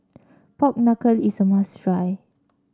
Pork Knuckle is a must try